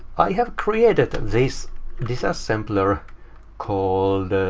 i have created this disassembler called, ah,